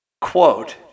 Quote